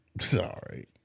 Sorry